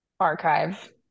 archive